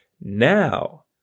Now